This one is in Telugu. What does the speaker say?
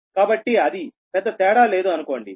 కాబట్టి అది పెద్ద తేడా లేదు అనుకోండి